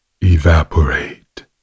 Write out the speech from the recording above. evaporate